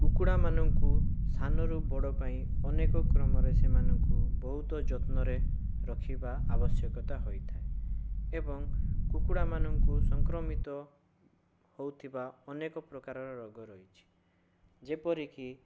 କୁକୁଡ଼ାମାନଙ୍କୁ ସାନରୁ ବଡପାଇଁ ଅନେକ କ୍ରମର ସେମାନଙ୍କୁ ବହୁତ ଯତ୍ନରେ ରଖିବା ଆବଶ୍ୟକତା ହୋଇଥାଏ ଏବଂ କୁକୁଡ଼ାମାନଙ୍କୁ ସଂକ୍ରମିତ ହେଉଥିବା ଅନେକ ପ୍ରକାରର ରୋଗ ରହିଛି ଯେପରିକି